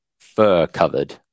fur-covered